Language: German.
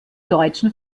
deutschen